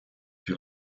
die